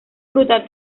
fruta